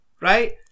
right